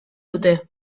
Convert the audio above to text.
dute